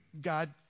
God